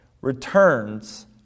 returns